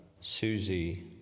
Susie